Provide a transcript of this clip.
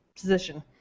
position